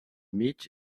mig